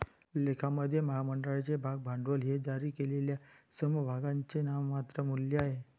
लेखामध्ये, महामंडळाचे भाग भांडवल हे जारी केलेल्या समभागांचे नाममात्र मूल्य आहे